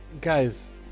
guys